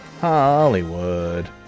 Hollywood